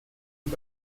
nur